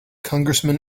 congressman